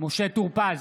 משה טור פז,